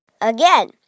again